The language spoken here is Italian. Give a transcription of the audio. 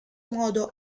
modo